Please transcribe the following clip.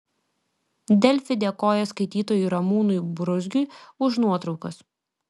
delfi dėkoja skaitytojui ramūnui bruzgiui už nuotraukas